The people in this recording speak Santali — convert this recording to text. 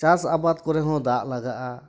ᱪᱟᱥ ᱟᱵᱟᱫᱽ ᱠᱚᱨᱮ ᱦᱚᱸ ᱫᱟᱜ ᱞᱟᱜᱟᱜᱼᱟ